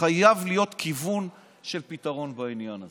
להיות כיוון של פתרון בעניין הזה,